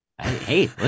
Hey